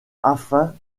afin